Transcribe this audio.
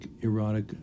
erotic